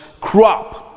crop